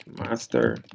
master